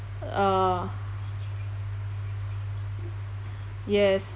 uh yes